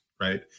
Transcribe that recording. right